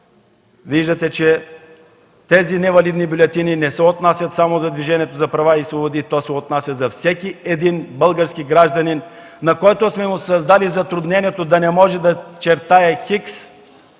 Виждате, че тези невалидни бюлетини не се отнасят само за Движението за права и свободи. Това се отнася до всеки български гражданин, на който сме създали затруднението да не може да зачертае „Х”,